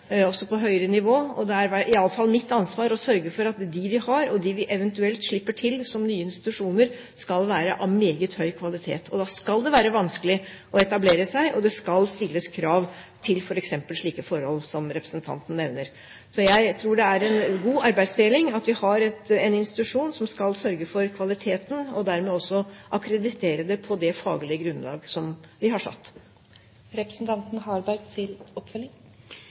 også på høyere nivå. Det er i alle fall mitt ansvar å sørge for at de vi har, og de vi eventuelt slipper til som nye institusjoner, skal være av meget høy kvalitet. Da skal det være vanskelig å etablere seg, og det skal stilles krav til f.eks. slike forhold som representanten nevner. Så jeg tror det er en god arbeidsdeling at vi har en institusjon som skal sørge for kvaliteten, og dermed også akkreditere på det faglige grunnlaget som vi har satt.